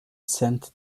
sent